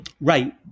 Right